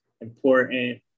important